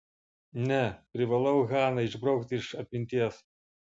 ne privalau haną išbraukti iš atminties